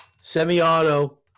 Semi-auto